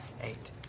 eight